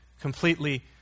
completely